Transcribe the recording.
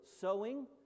sewing